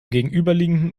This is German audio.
gegenüberliegenden